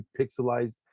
pixelized